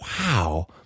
wow